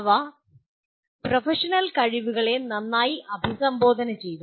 അവ പ്രൊഫഷണൽ കഴിവുകളെ അഭിസംബോധന ചെയ്തു